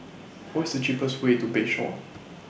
What IS The cheapest Way to Bayshore